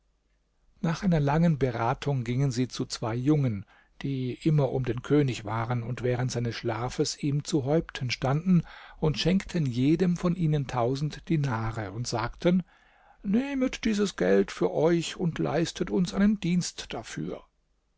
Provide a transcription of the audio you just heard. nach einer langen beratung gingen sie zu zwei jungen die immer um den könig waren und während seines schlafes ihm zu häupten standen schenkten jedem von ihnen tausend dinare und sagten nehmet dieses geld für euch und leistet uns einen dienst dafür